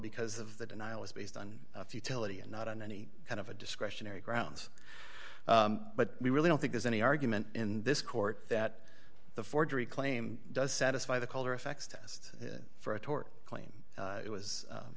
because of the denial is based on futility and not on any kind of a discretionary grounds but we really don't think there's any argument in this court that the forgery claim does satisfy the caller effects test for a tort claim it was